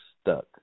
stuck